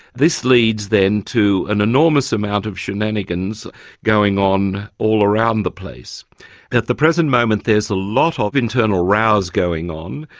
this leads then to an enormous amount of shenanigans going on all around the place. and at the present moment there's a lot of internal rows going on,